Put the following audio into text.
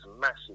massive